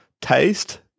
taste